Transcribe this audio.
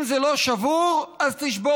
אם זה לא שבור, אז תשבור.